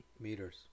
Meters